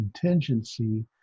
contingency